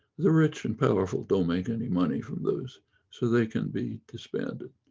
the rich and powerful don't make any money from those so they can be disbanded.